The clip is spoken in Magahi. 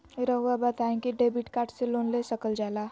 रहुआ बताइं कि डेबिट कार्ड से लोन ले सकल जाला?